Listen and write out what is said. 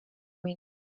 wind